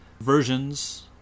versions